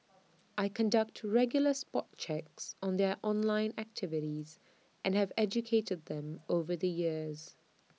I conduct to regular spot checks on their online activities and have educated them over the years